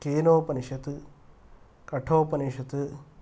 Kenopanishad Kathopanishad